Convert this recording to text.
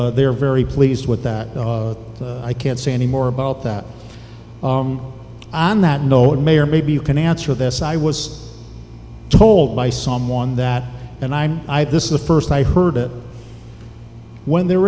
they are very pleased with that i can't say any more about that on that no it may or may be you can answer this i was told by someone that and i'm i this is the first i heard it when there